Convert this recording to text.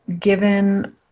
given